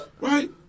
Right